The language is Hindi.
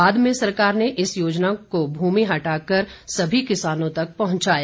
बाद में सरकार ने इस योजना को भूमि सीमा हटाकर सभी किसानों तक पहुंचाया